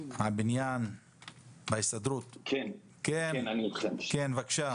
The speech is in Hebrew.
הבניין בהסתדרות עובדי הבניין והעץ, בבקשה.